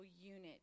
unit